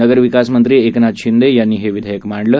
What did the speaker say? नगरविकासमंत्री एकनाथ शिंदे यांनी हे विधेयक मांडलं